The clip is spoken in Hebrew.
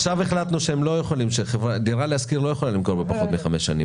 עכשיו החלטנו שדירה להשכיר לא יכולה למכור בפחות מחמש שנים.